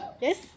yes